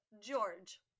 George